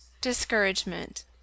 Discouragement